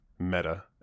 meta